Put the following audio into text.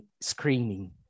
screaming